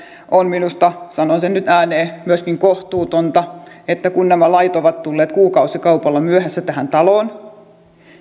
on minusta sanon nyt sen ääneen myöskin kohtuutonta että kun nämä lait ovat tulleet kuukausikaupalla myöhässä tähän taloon